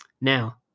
Now